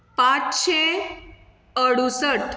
पांचशे अडुसठ